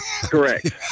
correct